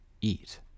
eat